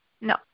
No